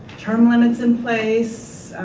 term limits in place,